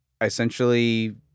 essentially